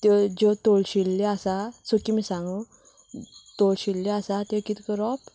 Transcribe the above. त्यो ज्यो तळशिल्यो आसा सुकी मिरसांगो तळशिल्यो आसा त्यो कितें करप